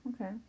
okay